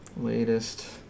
latest